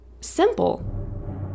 Simple